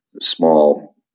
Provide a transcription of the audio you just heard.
small